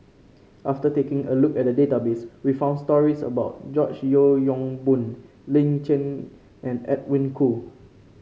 after taking a look at the database we found stories about George Yeo Yong Boon Lin Chen and Edwin Koo